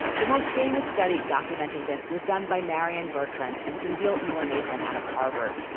the most famous study documenting this was done by marion bertrand and same deal mullainathan out of harvard,